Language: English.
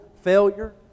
failure